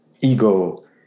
ego